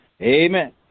amen